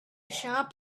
shop